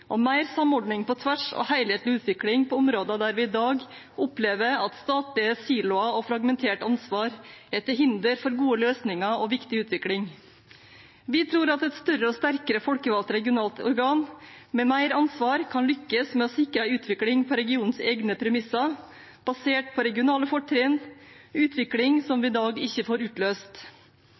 mer samordning på tvers og helhetlig utvikling på områder der vi i dag opplever at statlige siloer og fragmentert ansvar er til hinder for gode løsninger og viktig utvikling. Vi tror at et større og sterkere folkevalgt regionalt organ med mer ansvar kan lykkes med å sikre en utvikling på regionens egne premisser, basert på regionale fortrinn – utvikling som vi i dag ikke får utløst.